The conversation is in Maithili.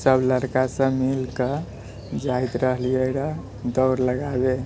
सभ लड़का सब मिलिकऽ जाइत रहलियै रहै दौड़ लगाबै